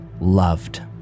loved